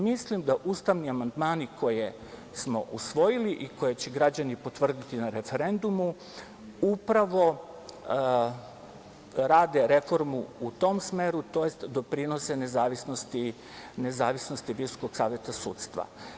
Mislim da ustavni amandmani koje smo usvojili i koje će građani potvrditi na referendumu upravo rade reformu u tom smeru, tj. doprinose nezavisnosti Visokog saveta sudstva.